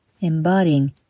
embodying